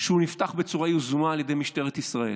שנפתח בצורה יזומה על ידי משטרת ישראל,